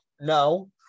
No